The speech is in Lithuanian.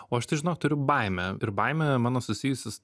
o aš tai žinok turiu baimę ir baimė mano susijus